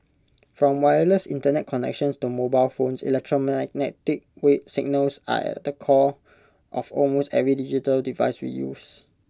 from wireless Internet connections to mobile phones electromagnetic signals are at the core of almost every digital device we use